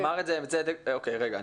אוקיי.